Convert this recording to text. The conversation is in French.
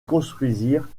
construisirent